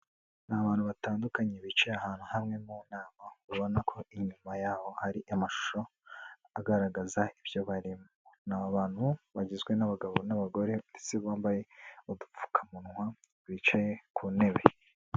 Ni abantu batandukanye bicaye ahantu hamwe mu nama, ubona ko inyuma yaho hari amashusho agaragaza ibyo barimo. Ni abantu bagizwe n'abagabo n'abagore ndetse bambaye udupfukamunwa bicaye ku ntebe.